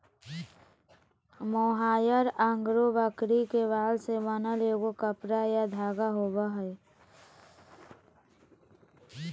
mohair angora बकरी के बाल से बनल एगो कपड़ा या धागा होबैय हइ